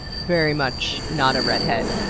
very much not a redhead,